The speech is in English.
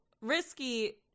risky